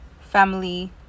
family